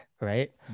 Right